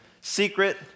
secret